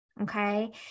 okay